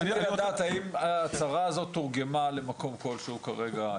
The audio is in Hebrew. אני צריך לדעת האם ההצהרה הזו תורגמה למקום כלשהו כרגע.